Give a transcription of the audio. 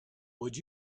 would